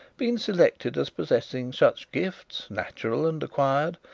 been selected as possessing such gifts, natural and acquired,